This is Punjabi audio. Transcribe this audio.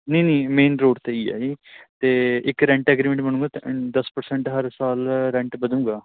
ਨਹੀਂ ਨਹੀਂ ਮੇਨ ਰੋਡ 'ਤੇ ਹੀ ਆ ਜੀ ਅਤੇ ਇੱਕ ਰੈਂਟ ਐਗਰੀਮੈਂਟ ਬਣੂਗਾ ਦਸ ਪ੍ਰਸੈਂਟ ਹਰ ਸਾਲ ਰੈਂਟ ਵਧੂੰਗਾ